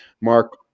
Mark